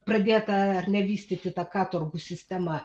pradėta ar ne vystyti ta katorgų sistema